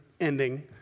ending